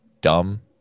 Dumb